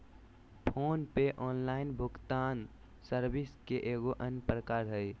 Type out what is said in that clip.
phone पे online भुगतान service के एगो अन्य प्रकार हय